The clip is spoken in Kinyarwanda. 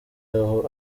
aho